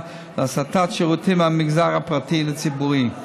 להסטת שירותים מהמגזר הפרטי לציבורי.